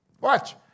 Watch